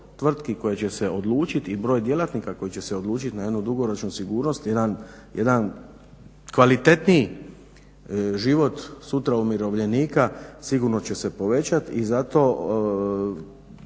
tvrtki koje će se odlučit i broj djelatnika koji će se odlučit na jednu dugoročnu sigurnost, jedan kvalitetniji život sutra umirovljenika sigurno će se povećat i zato